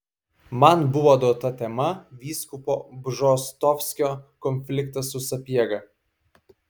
man buvo duota tema vyskupo bžostovskio konfliktas su sapiega